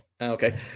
Okay